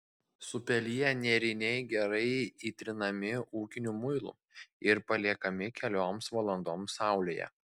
supeliję nėriniai gerai įtrinami ūkiniu muilu ir paliekami kelioms valandoms saulėje